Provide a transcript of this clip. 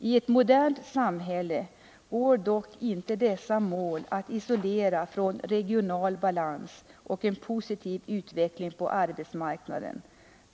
I ett modernt samhälle går dock inte dessa mål att isolera från regional balans och en positiv utveckling på arbetsmarknaden.